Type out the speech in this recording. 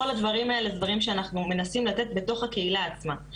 כל הדברים האלה אלו דברים שאנחנו מנסים לתת בתוך הקהילה עצמה.